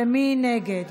מי נגד?